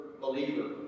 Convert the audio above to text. believer